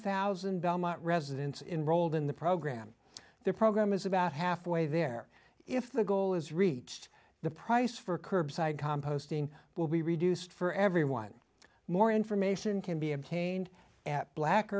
dollars belmont residents in rolled in the program their program is about halfway there if the goal is reached the price for curbside composting will be reduced for everyone more information can be obtained at black